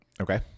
Okay